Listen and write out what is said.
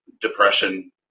depression